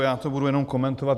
Já to budu jenom komentovat.